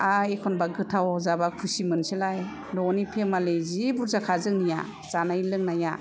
आर एखनबा गोथाव जाबा खुसि मोनसैलाय न'नि फेमिलि जि बुरजाखा जोंनिया जानाय लोंनाया